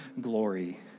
glory